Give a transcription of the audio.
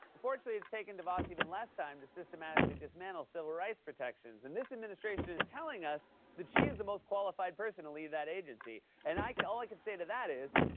fortunately, it's taken devos even less time to systematically dismantle civil rights protections, and this administration is telling us that she is the most qualified person to lead that agency. and i all i can say to that is.